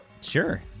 Sure